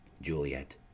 Juliet